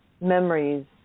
memories